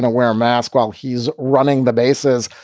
know, wear a mask while he's running the bases,